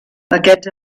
aquests